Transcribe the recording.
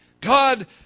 God